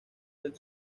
del